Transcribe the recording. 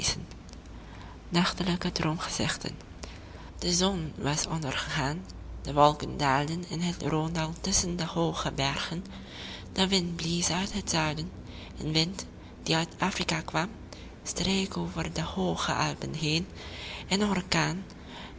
nachtelijke droomgezichten de zon was ondergegaan de wolken daalden in het rhônedal tusschen de hooge bergen de wind blies uit het zuiden een wind die uit afrika kwam streek over de hooge alpen heen een orkaan